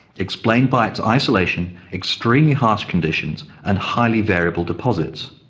explained by its isolation, extremely harsh conditions and highly variable deposits.